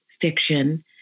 fiction